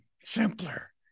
simpler